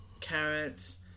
carrots